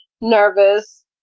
nervous